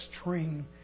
string